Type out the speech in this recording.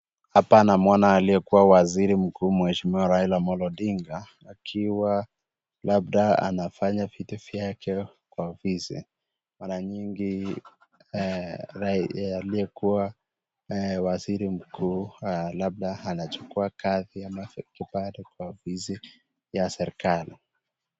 Hapa namuona aliye kuwa mheshimiwa mkuu Raila Amollo Odinga akiwa labda anafanya vitu vyake kwa ofisi. Mara nyingi aliye kuwa waziri mkuu labda anachukuwa kazi ama kibaru kwa ofisi ya serikali.